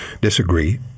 disagree